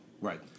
Right